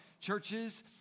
churches